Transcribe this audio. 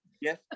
Yes